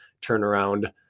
turnaround